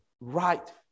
right